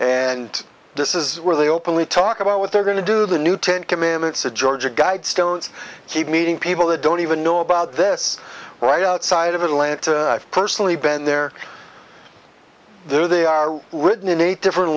and this is where they openly talk about what they're going to do the new ten commandments the georgia guidestones keep meeting people they don't even know about this right outside of atlanta i've personally been there they're they are written in a different